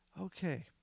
Okay